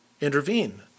intervene